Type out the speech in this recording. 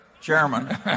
chairman